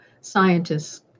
scientists